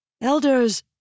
Elders